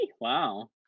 Wow